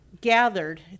gathered